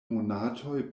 monatoj